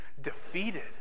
defeated